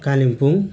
Kalimpong